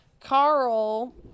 carl